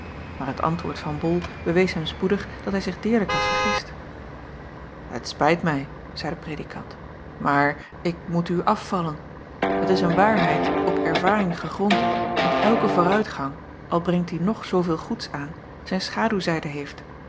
aar het antwoord van ol bewees hem spoedig dat hij zich deerlijk had vergist et spijt mij zeî de predikant maar ik moet u afvallen et is een waarheid op ervaring gegrond dat elke vooruitgang al brengt die nog zooveel goeds aan zijn schaduwzijde heeft